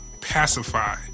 pacify